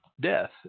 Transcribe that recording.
death